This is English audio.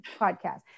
podcast